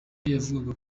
yavugaga